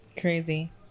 crazy